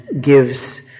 gives